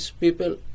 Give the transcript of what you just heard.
people